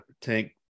tank